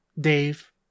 Dave